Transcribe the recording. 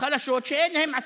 חלשות שאין להן עסקים.